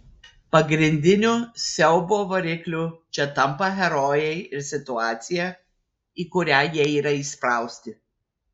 pagrindiniu siaubo varikliu čia tampa herojai ir situacija į kurią jie yra įsprausti